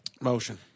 Motion